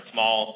Small